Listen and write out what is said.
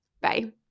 Bye